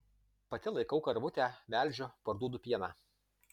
pati laikau karvutę melžiu parduodu pieną